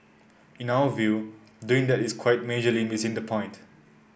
in our view doing that is quite majorly missing the point